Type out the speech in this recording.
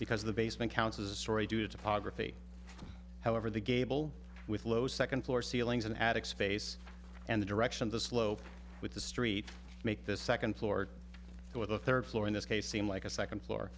because the basement counts as a story due to poverty however the gable with low second floor ceilings an attic space and the direction the slope with the street make the second floor or the third floor in this case seem like a second